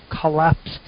collapsed